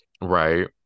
Right